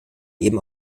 eben